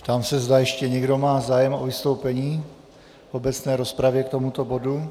Ptám se, zda ještě někdo má zájem o vystoupení v obecné rozpravě k tomuto bodu.